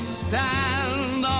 stand